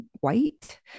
white